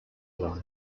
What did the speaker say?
line